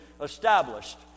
established